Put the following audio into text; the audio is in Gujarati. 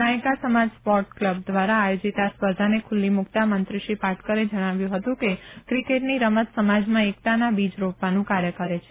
નાયકા સમાજ સ્પોર્ટ ક્લબ દ્વારા આયોજિત આ સ્પર્ધાને ખૂલ્લી મૂકતાં મંત્રી શ્રી પાટકરે જણાવ્યું હતું કે ક્રિકેટની રમત સમાજમાં એકતાના બીજ રોપવાનું કાર્ય કરે છે